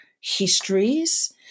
histories